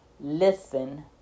listen